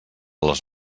les